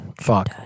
Fuck